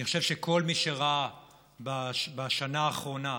אני חושב שכל מי שראה בשנה אחרונה,